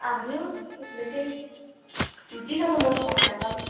আমিও এনেকেই ৰুটি খালোঁ মই ভাত নেখালো